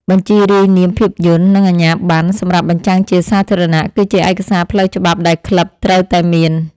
បញ្ជីរាយនាមភាពយន្ត និងអាជ្ញាបណ្ណសម្រាប់បញ្ចាំងជាសាធារណៈ គឺជាឯកសារផ្លូវច្បាប់ដែលក្លឹបត្រូវតែមាន។